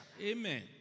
Amen